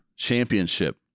championship